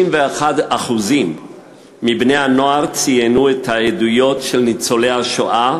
51% מבני-הנוער ציינו את העדויות של ניצולי השואה